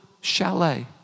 chalet